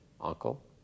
uncle